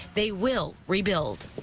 they. will rebuild.